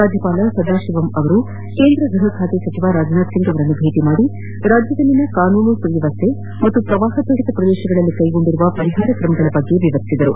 ರಾಜ್ಲಪಾಲ ಸದಾಶಿವಂ ಅವರು ಕೇಂದ್ರ ಗ್ಲಹ ಖಾತೆ ಸಚಿವ ರಾಜನಾಥ್ ಸಿಂಗ್ ಅವರನ್ನು ಭೇಟಿ ಮಾಡಿ ರಾಜ್ಲದಲ್ಲಿನ ಕಾನೂನು ಸುವ್ಲವಸ್ಹೆ ಮತ್ತು ಪ್ರವಾರ ಪೀಡಿತ ಪ್ರದೇಶಗಳಲ್ಲಿ ಕ್ಲೆಗೊಂಡಿರುವ ಪರಿಹಾರ ಕ್ರಮಗಳ ಕುರಿತು ವಿವರಿಸಿದರು